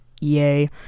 yay